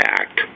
act